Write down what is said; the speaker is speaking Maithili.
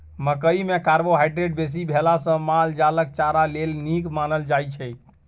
मकइ मे कार्बोहाइड्रेट बेसी भेला सँ माल जालक चारा लेल नीक मानल जाइ छै